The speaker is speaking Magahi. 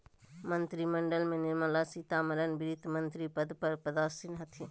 मंत्रिमंडल में निर्मला सीतारमण वित्तमंत्री पद पर पदासीन हथिन